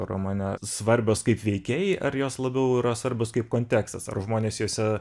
romane svarbios kaip veikėjai ar jos labiau yra svarbios kaip kontekstas ar žmonės jose